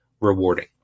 rewarding